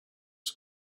his